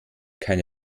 keine